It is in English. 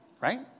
right